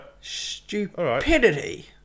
Stupidity